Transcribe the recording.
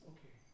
Okay